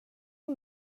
och